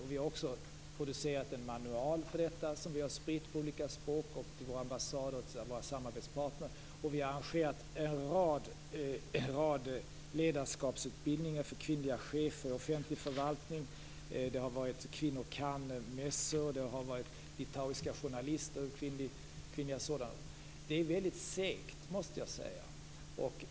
Vi har också producerat en manual för detta på olika språk som vi har spritt till våra ambassader och samarbetspartner. Vi har arrangerat en rad ledarskapsutbildningar för kvinnliga chefer och offentlig förvaltning. Det har varit kvinnor-kan-mässor, och det har varit litauiska kvinnliga journalister. Det är väldigt segt, måste jag säga.